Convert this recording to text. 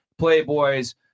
playboys